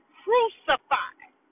crucified